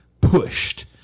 pushed